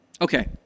Okay